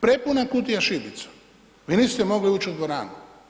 Prepuna kutija šibica, vi niste mogli ući u dvoranu.